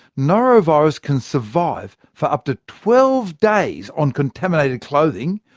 norovirus can survive for up to twelve days on contaminated clothing,